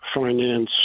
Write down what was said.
finance